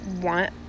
want